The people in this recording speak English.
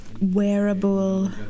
Wearable